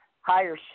higher